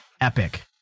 epic